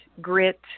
grit